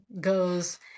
goes